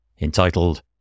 entitled